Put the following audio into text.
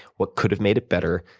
what could have made it better?